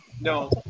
No